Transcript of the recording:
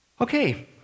Okay